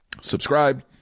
subscribe